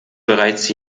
bereits